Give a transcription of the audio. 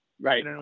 Right